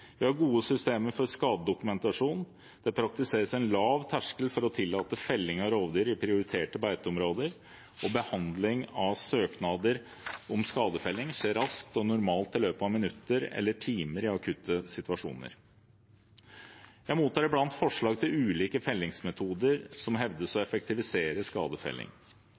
Vi har gode systemer for skadedokumentasjon. Det praktiseres en lav terskel for å tillate felling av rovdyr i prioriterte beiteområder, og behandling av søknader om skadefelling skjer raskt, og normalt i løpet av minutter eller timer i akutte situasjoner. Jeg mottar iblant forslag til ulike fellingsmetoder som hevdes å effektivisere skadefelling.